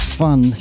fun